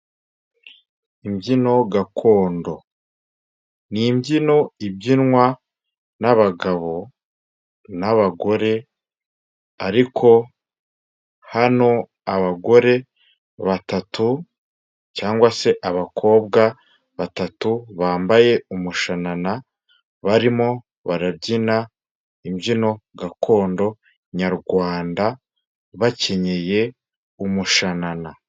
Imbyino gakondo ni imbyino ibyinwa n'abagabo nabagore. Ariko hano abagore batatu cyangwa se abakobwa batatu bambaye umushanana, barimo barabyina imbyino gakondo nyarwanda bakenyeye umushanana.